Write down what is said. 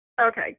Okay